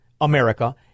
America